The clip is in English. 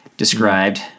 Described